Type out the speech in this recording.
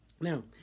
Now